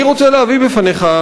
אני רוצה להביא בפניך,